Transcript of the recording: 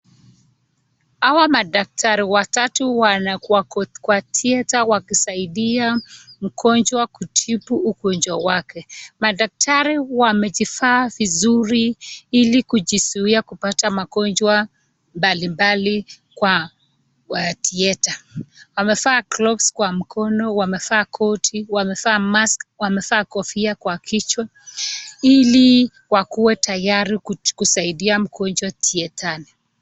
Hawa madaktari watatu wako kwa theatre wakisaidia mgonjwa kutibu ugonjwa wake madaktari wamejivaa vizuri ili kujizuia kupata magonjwa mbalimbali kwa theatre wamevaa gloves kwa mkono wamevaa koti wamevaa mask wamevaa kofia kwa kichwa ili wakue tayari kusaidia mgonjwa theatreni.